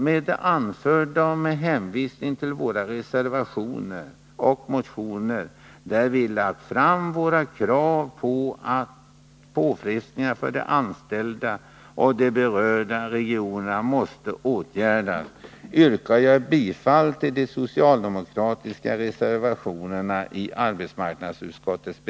Med det anförda och med hänvisning till våra reservationer och motioner, där vi har lagt fram våra krav på att påfrestningarna för de anställda och de berörda regionerna skall åtgärdas, yrkar jag bifall till de